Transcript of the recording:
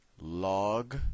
log